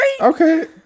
Okay